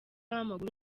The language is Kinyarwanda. w’amaguru